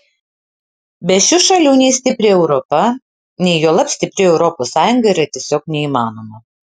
be šių šalių nei stipri europa nei juolab stipri europos sąjunga yra tiesiog neįmanoma